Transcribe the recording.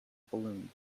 balloon